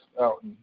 out